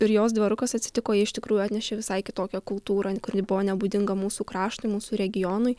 ir jos dvaru kas atsitiko ji iš tikrųjų atnešė visai kitokią kultūrą kuri buvo nebūdinga mūsų kraštui mūsų regionui